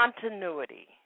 continuity